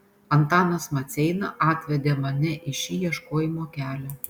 antanas maceina atvedė mane į šį ieškojimo kelią